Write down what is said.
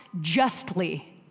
justly